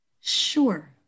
Sure